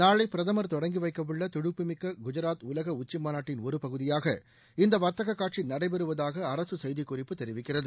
நாளை பிரதமர் தொடங்கி வைக்கவுள்ள துடிப்புள்ள குஜராத் உலக உச்சிமாநாட்டின் ஒரு பகுதியாக இந்த வர்த்தக காட்சி நடைபெறுவதாக அரசு செய்தி குறிப்பு தெரிவிக்கிறது